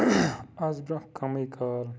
آز برونٛہہ کَمٕے کال